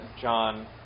John